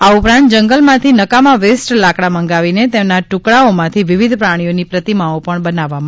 આ ઉપરાંત જંગલમાંથી નકામા વેસ્ટ લાકડા મંગાવીને તેના ટુકડાઓમાંથી વિવિધ પ્રાણીઓની પ્રતિમાઓ બનાવવામાં આવી રહી છે